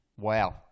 wow